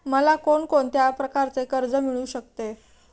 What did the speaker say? मला कोण कोणत्या प्रकारचे कर्ज मिळू शकते?